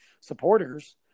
supporters